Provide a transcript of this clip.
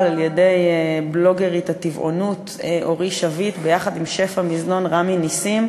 על-ידי בלוגרית הטבעונות אורי שביט ושף המזנון רמי נסים,